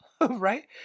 right